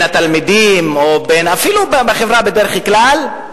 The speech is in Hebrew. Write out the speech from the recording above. בין התלמידים, אפילו בחברה, בדרך כלל: